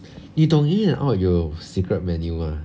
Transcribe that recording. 你懂 In-N-Out 有 secret menu mah